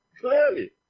clearly